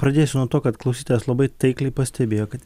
pradėsiu nuo to kad klausytojas labai taikliai pastebėjo kad